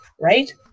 right